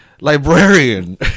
librarian